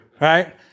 right